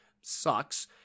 sucks